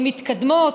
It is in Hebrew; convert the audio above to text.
הן מתקדמות,